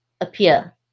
appear